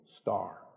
star